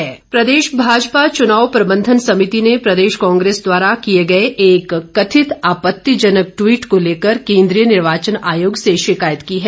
शिकायत प्रदेश भाजपा चुनाव प्रबंधन समिति ने प्रदेश कांग्रेस द्वारा किए गए एक कथित आपत्तिजनक ट्विट को लेकर केंद्रीय निर्वाचन आयोग से शिकायत की है